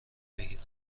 بگیرم